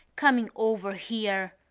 coming over here!